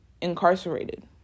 incarcerated